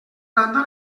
randa